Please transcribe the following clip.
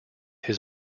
his